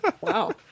Wow